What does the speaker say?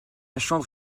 chambre